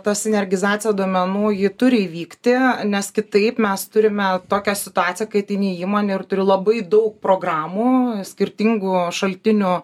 ta sinergizacija duomenų ji turi įvykti nes kitaip mes turime tokią situaciją kai ateini į įmonę ir turi labai daug programų skirtingų šaltinių